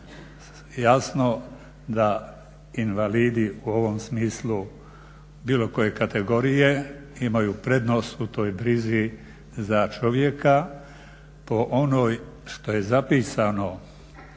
Jasno da invalidi u ovom smislu bilo koje kategorije imaju prednost u toj brizi za čovjeka po onoj što je zapisano